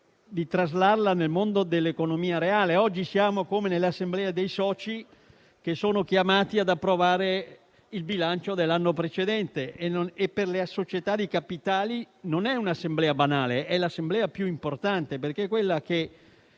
di traslarla nel mondo dell'economia reale. È come se oggi ci trovassimo nell'assemblea dei soci, chiamati ad approvare il bilancio dell'anno precedente. Per una società di capitali non è un'assemblea banale, è l'assemblea più importante, perché è quella che